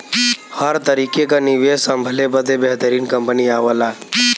हर तरीके क निवेस संभले बदे बेहतरीन कंपनी आवला